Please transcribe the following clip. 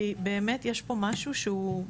כי באמת יש פה משהו שהוא,